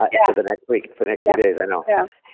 but yeah the next week, for the next few days, i know. yeah.